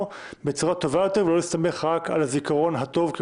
בצורה טובה יותר ולא להסתמך רק על הזיכרון הטוב,